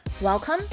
Welcome